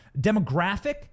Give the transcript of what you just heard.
demographic